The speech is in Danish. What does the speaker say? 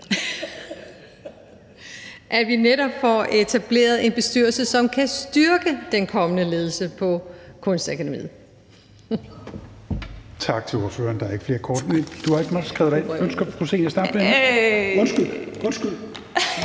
så vi netop får etableret en bestyrelse, som kan styrke den kommende ledelse på Kunstakademiet.